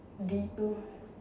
D O